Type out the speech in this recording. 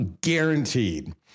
guaranteed